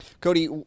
Cody